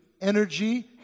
energy